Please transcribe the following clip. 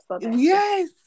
Yes